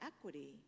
equity